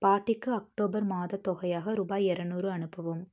பாட்டிக்கு அக்டோபர் மாதத் தொகையாக ருபாய் எரநூறு அனுப்பவும்